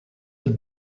have